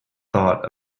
thought